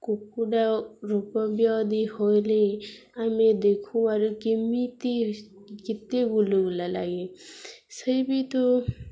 କୁକୁଡ଼ା ରୋଗବ୍ୟାଧି ହୋଇଲେ ଆମେ ଦେଖୁ ଆରୁ କେମିତି କେତେ ଗୁଲଗୁଲା ଲାଗେ ସେଇ ଭିତୁର